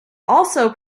also